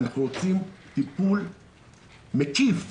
אנחנו רוצים טיפול מקיף,